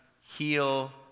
heal